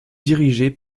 dirigée